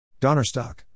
Donnerstock